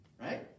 Right